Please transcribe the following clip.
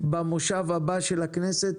במושב הבא של הכנסת,